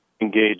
engage